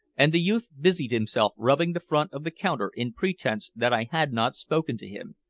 and the youth busied himself rubbing the front of the counter in pretense that i had not spoken to him.